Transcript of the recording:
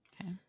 Okay